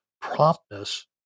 promptness